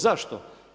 Zašto?